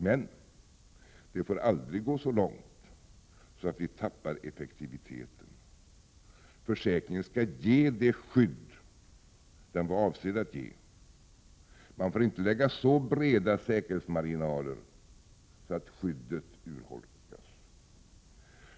Men det får aldrig gå så långt att vi tappar effektiviteten. Försäkringen skall ge det skydd som den är avsedd att ge. Man får inte lägga så breda säkerhetsmarginaler att skyddet urholkas.